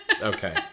Okay